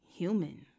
human